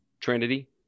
Trinity